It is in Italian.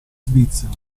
svizzera